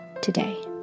today